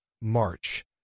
march